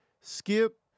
skip